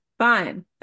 Fine